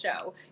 show